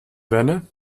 wennen